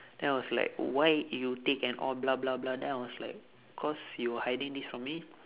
then I was like why you take and all blah blah blah then I was like cause you hiding this from me